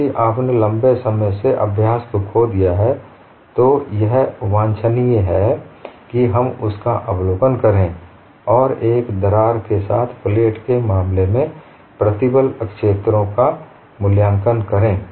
क्योंकि आपने लंबे समय से अभ्यास खो दिया है तो यह वांछनीय है कि हम उनका अवलोकन करें और एक दरार के साथ प्लेट के मामले में प्रतिबल क्षेत्रों का मूल्यांकन करें